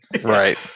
Right